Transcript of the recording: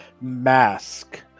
mask